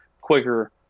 quicker